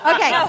Okay